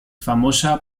famosa